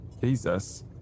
Jesus